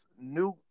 new